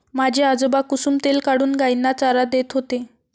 माझे आजोबा कुसुम तेल काढून गायींना चारा देत होते